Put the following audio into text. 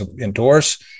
endorse